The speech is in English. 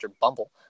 Bumble